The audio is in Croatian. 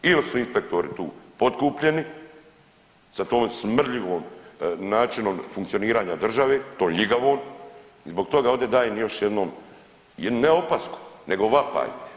I još su inspektoru tu potkupljeni sa tom smrdljivom načinom funkcioniranja države tom ljigavom i zbog toga ovdje dajem još jednom ne opasku nego vapaj.